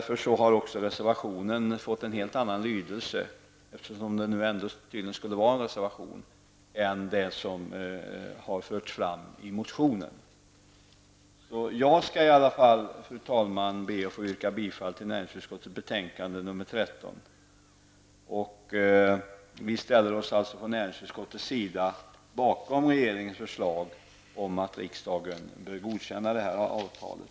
Därmed har också reservationen fått en helt annan lydelse, eftersom den nu ändå tydligen skall vara en reservation, än det som har framförts i motionen. Fru talman! I varje fall jag vill yrka bifall till hemställan i näringsutskottets betänkande nr 13. Vi från näringsutskottet ställer oss alltså bakom regeringens förslag om att riksdagen bör godkänna detta avtal.